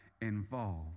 involved